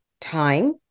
time